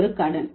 இது ஒரு கடன்